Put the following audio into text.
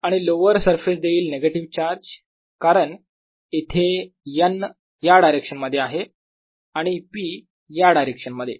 आणि lower surface देईल negative charge कारण इथे n या डायरेक्शन मध्ये आहे आणि p या डायरेक्शन मध्ये